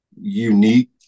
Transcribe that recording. unique